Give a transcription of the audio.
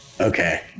Okay